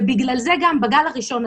ובגלל זה גם בגל הראשון,